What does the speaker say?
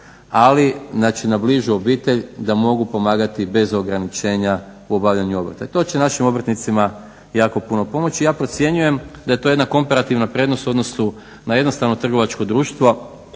ali na bližu obitelj da mogu pomagati bez ograničenja u obavljanju obrta. I to će našim obrtnicima jako puno pomoći. Ja procjenjujem da je to jedna komparativna prednost u odnosu na jednostavno trgovačko društvo